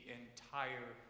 entire